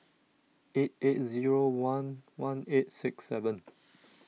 eight eight zero one one eight six seven